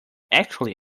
actually